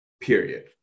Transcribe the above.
period